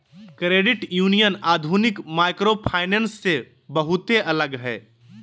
credit union आधुनिक microfinance से बहुते अलग हय